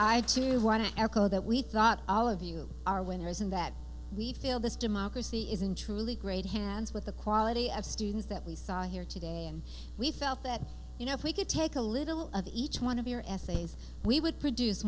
too want to echo that we thought all of you are winners and that we feel this democracy isn't truly great hands with the quality of students that we saw here today and we felt that you know if we could take a little of each one of your essays we would produce